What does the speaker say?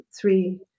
three